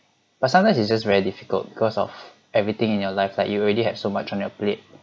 but sometimes it's just very difficult cause of everything in your life like you already have so much on your plate